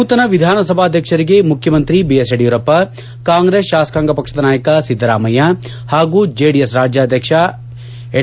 ನೂತನ ವಿಧಾನಸಭಾಧ್ಯಕ್ಷರಿಗೆ ಮುಖ್ಯಮಂತ್ರಿ ಬಿಎಸ್ ಯಡಿಯೂರಪ್ಪ ಕಾಂಗ್ರೆಸ್ ಶಾಸಕಾಂಗ ಪಕ್ಷದ ನಾಯಕ ಸಿದ್ದರಾಮಯ್ಯ ಹಾಗೂ ಜೆಡಿಎಸ್ ರಾಜ್ಯಾಧ್ಯಕ್ಷ ಎಚ್